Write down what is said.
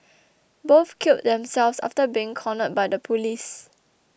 both killed themselves after being cornered by the police